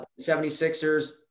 76ers